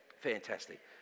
Fantastic